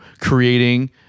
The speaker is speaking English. creating